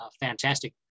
fantastic